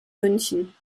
münchen